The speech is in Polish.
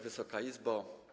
Wysoka Izbo!